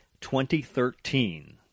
2013